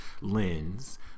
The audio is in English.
lens